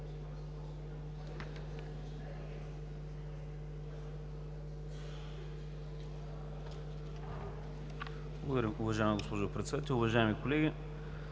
Уважаема госпожо Председател. Уважаеми колеги,